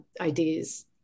ideas